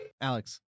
Alex